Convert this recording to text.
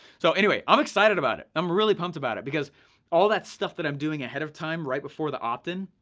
so anyway, i'm excited about it, i'm really pumped about it because all that stuff that i'm doing ahead of time, right before the opt-in,